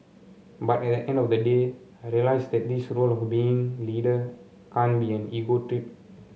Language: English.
but at the end of the day I realised that this role of being leader can't be an ego trip